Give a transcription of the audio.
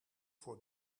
voor